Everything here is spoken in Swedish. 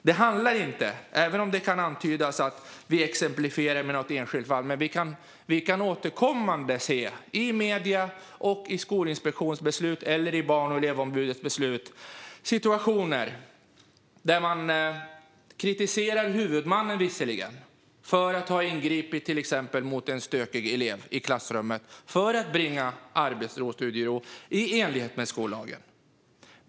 Det kan antydas att vi exemplifierar med något enskilt fall, men det är fråga om något som vi återkommande kan se i medier, i skolinspektionsbeslut och i Barn och elevombudets beslut. Det handlar om situationer där det kommer kritik - visserligen mot huvudmannen - för ingripanden man gjort till exempel mot en stökig elev i klassrummet för att bringa arbetsro och studiero i enlighet med skollagen.